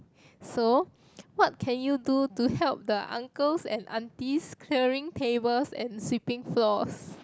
so what can you do to help the uncles and aunties clearing tables and sweeping floors